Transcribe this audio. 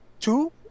two